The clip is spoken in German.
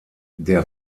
der